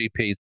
GPs